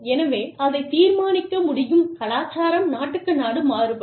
எனவே அதைத் தீர்மானிக்க முடியும் கலாச்சாரம் நாட்டுக்கு நாடு மாறுபடும்